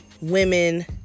women